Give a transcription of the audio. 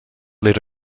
lid